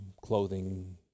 clothing